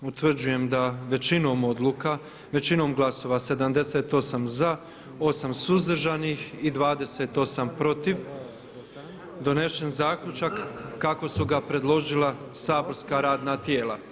Utvrđujem da većinom odluka, većinom glasova 78 za, 8 suzdržanih i 28 protiv donesen zaključak kako su ga predložila saborska radna tijela.